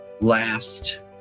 last